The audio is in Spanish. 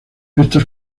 estos